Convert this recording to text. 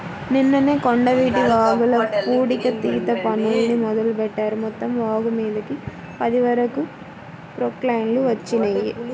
నిన్ననే కొండవీటి వాగుల పూడికతీత పనుల్ని మొదలుబెట్టారు, మొత్తం వాగుమీదకి పది వరకు ప్రొక్లైన్లు వచ్చినియ్యి